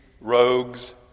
rogues